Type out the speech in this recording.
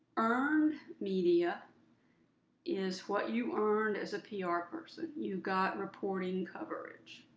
earned media is what you ah earned as a pr ah person. you got reporting coverage.